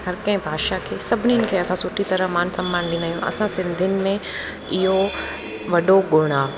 हर कंहिं भाषा खे सभिनीनि खे असां सुठी तरह मानु समानु ॾींदा आहियूं असां सिंधीयुनि में इहो वॾो गुणु आहे